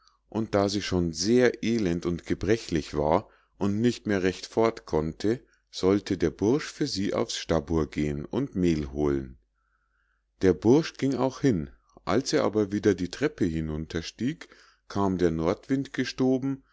und da sie schon sehr elend und gebrechlich war und nicht mehr recht fortkonnte sollte der bursch für sie aufs stabur gehen und mehl holen der bursch ging auch hin als er aber wieder die treppe hinunterstieg kam der nordwind gestoben